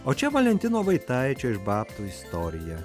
o čia valentino vaitaičio iš babtų istorija